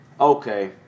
Okay